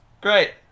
great